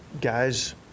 guys